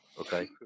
okay